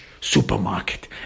supermarket